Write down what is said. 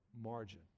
margin